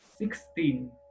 Sixteen